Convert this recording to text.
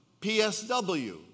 PSW